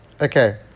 Okay